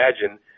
imagine